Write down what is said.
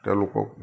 তেওঁলোকক